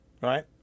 right